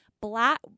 black